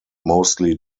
mostly